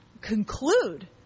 conclude